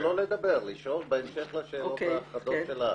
לא, לא לדבר, לשאול בהמשך לשאלות החדות שלך.